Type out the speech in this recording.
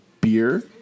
beer